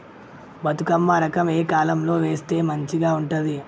బతుకమ్మ రకం ఏ కాలం లో వేస్తే మంచిగా ఉంటది?